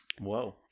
whoa